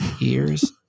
years